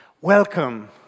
Welcome